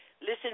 listen